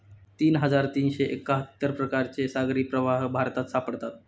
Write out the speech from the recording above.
तीन हजार तीनशे एक्काहत्तर प्रकारचे सागरी प्रवाह भारतात सापडतात